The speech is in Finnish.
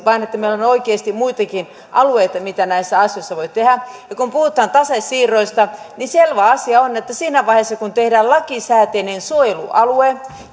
vaan että meillä on oikeasti muitakin alueita mitä näissä asioissa voi tehdä ja kun puhutaan tasesiirroista niin selvä asia on että siinä vaiheessa kun tehdään lakisääteinen suojelualue